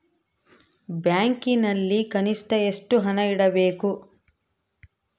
ಬ್ಯಾಂಕಿನಲ್ಲಿ ಕನಿಷ್ಟ ಎಷ್ಟು ಹಣ ಇಡಬೇಕು?